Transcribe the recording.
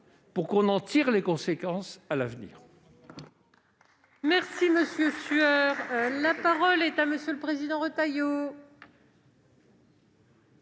que l'on en tire les conséquences à l'avenir.